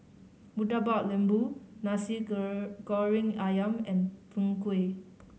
Murtabak Lembu nasi goreng ayam and Png Kueh